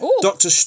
Doctor